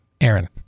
Aaron